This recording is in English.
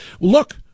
Look